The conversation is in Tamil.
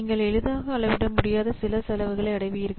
நீங்கள் எளிதாக அளவிட முடியாத சில செலவுகளை அடைவீர்கள்